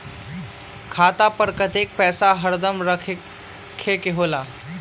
खाता पर कतेक पैसा हरदम रखखे के होला?